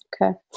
Okay